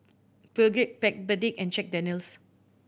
Peugeot Backpedic and Jack Daniel's